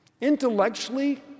Intellectually